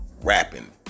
rapping